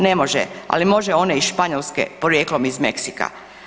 Ne može, ali može one iz Španjolske porijeklom iz Meksika.